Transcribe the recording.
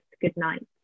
goodnight